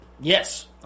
Yes